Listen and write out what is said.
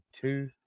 two